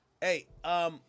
hey